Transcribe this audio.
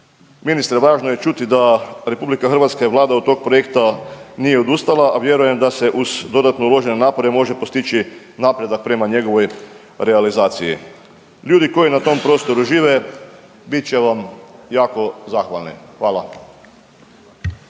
Ministre, važno je čuti da RH i Vlada od tog projekta nije odustala, a vjerujem da se uz dodatno uložene napore može postići napredak prema njegovoj realizaciji. Ljudi koji na tom prostoru žive, bit će vam jako zahvalni. Hvala.